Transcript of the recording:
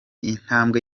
intambwe